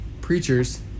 preachers